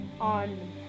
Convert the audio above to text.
on